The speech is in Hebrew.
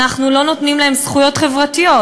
אנחנו לא נותנים להם זכויות חברתיות,